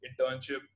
internship